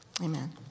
amen